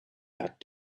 that